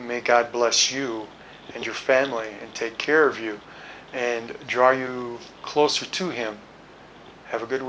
make god bless you and your family take care of you and draw you closer to him have a good